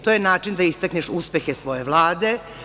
To je način da istakneš uspehe svoje Vlade.